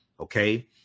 Okay